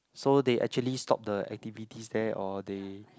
so they actually stop the activities there or they